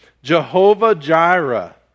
Jehovah-Jireh